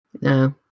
No